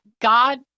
God